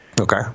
Okay